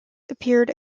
appeared